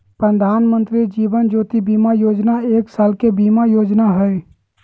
प्रधानमंत्री जीवन ज्योति बीमा योजना एक साल के बीमा योजना हइ